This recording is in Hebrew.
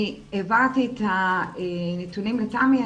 אני העברתי את הנתונים לתמי.